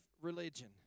religion